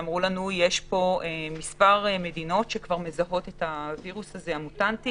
הם אמרו לנו שיש מספר מדינות שכבר מזהות את הווירוס המוטנטי הזה.